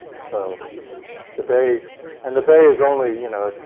so the bay and the bay is only you know,